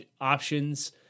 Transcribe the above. options